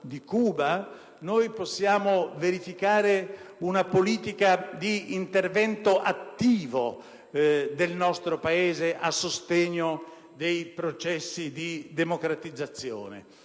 di Cuba, infatti, possiamo verificare una politica di intervento attivo del nostro Paese a sostegno dei processi di democratizzazione.